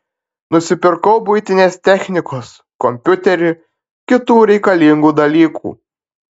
nusipirkau buitinės technikos kompiuterį kitų reikalingų dalykų